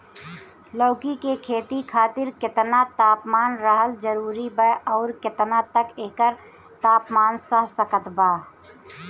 लौकी के खेती खातिर केतना तापमान रहल जरूरी बा आउर केतना तक एकर तापमान सह सकत बा?